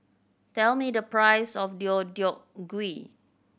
tell me the price of Deodeok Gui